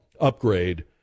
upgrade